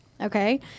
Okay